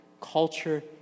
culture